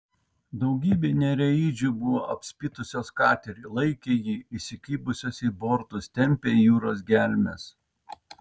daugybė nereidžių buvo apspitusios katerį laikė jį įsikibusios į bortus tempė į jūros gelmes